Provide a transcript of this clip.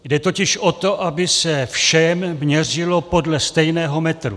Jde totiž o to, aby se všem měřilo podle stejného metru.